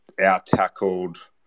out-tackled